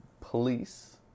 police